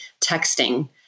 texting